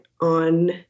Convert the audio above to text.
on